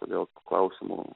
todėl klausimų